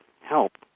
help